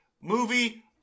movie